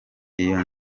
iyo